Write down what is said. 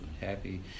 happy